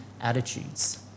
attitudes